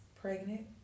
pregnant